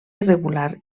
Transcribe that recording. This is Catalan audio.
irregular